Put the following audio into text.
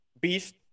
beast